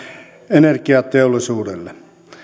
energiateollisuudelle